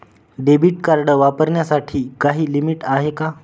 Debit card वापरण्यासाठी काही limit आहे का?